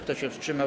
Kto się wstrzymał?